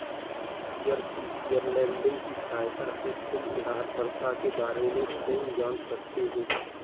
peer to peer lending की सहायता से तुम उधारकर्ता के बारे में स्वयं जान सकते हो